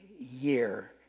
year